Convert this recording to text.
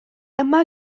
yma